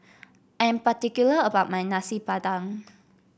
I am particular about my Nasi Padang